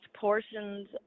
portions